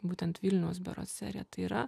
būtent vilniaus berods serija tai yra